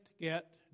Get